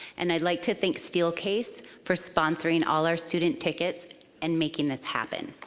and i'd like to thank steelcase for sponsoring all our student tickets and making this happen.